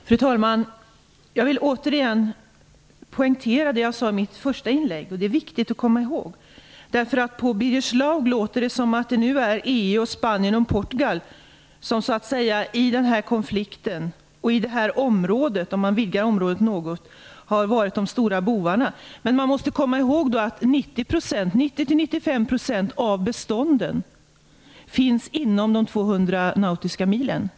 Fru talman! Jag vill återigen poängtera det jag sade i mitt första inlägg, och det är viktigt att komma ihåg. På Birger Schlaug låter det som om det är EU, Spanien och Portugal som har varit de stora bovarna i det här området om man vidgar det något. Men vi måste komma ihåg att 90-95 % av bestånden finns inom gränsen på 200 nautiska mil.